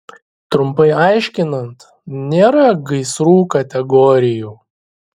trumpai aiškinant nėra gaisrų kategorijų